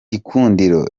gikundiro